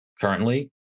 Currently